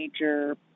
major